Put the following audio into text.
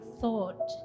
thought